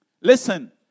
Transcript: Listen